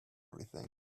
everything